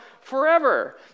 forever